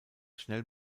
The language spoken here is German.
schnell